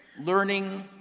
learning,